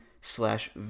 slash